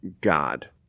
God